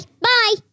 Bye